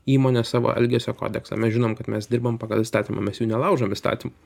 įmonės savo elgesio kodeksą mes žinom kad mes dirbam pagal įstatymą mes jų nelaužom įstatymų